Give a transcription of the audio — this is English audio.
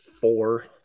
four